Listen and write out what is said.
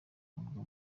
murwa